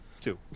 two